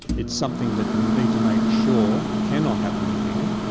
it's something that we need to make sure cannot happen again.